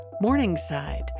Morningside